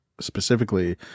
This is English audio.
specifically